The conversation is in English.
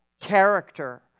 character